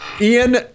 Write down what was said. Ian